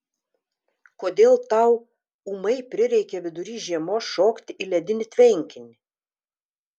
kodėl tau ūmai prireikė vidury žiemos šokti į ledinį tvenkinį